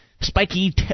spiky